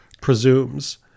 presumes